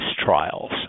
trials